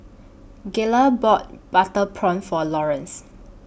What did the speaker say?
Gayla bought Butter Prawn For Lawrence